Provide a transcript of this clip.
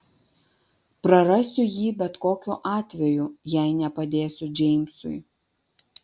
prarasiu jį bet kokiu atveju jei nepadėsiu džeimsui